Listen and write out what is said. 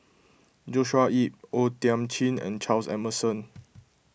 Joshua Ip O Thiam Chin and Charles Emmerson